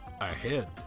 ahead